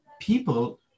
people